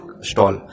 stall